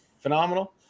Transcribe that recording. phenomenal